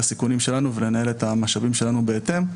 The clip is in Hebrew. הסיכונים שלנו ולנהל את המשאבים שלנו בהתאם.